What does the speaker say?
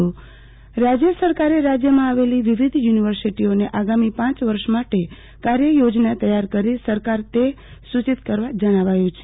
આરતી ભદ્દ રાજ્ય સરકારે રાજ્યમાં આવેલી વિવિધ યુનિવર્સીટી ઓને આગામી પાંચ વર્ષ માટે કાર્ય યોજના તૈયાર કરી સરકાર તે સૂચિત કરવા જણાવાયું છે